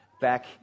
back